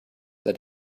that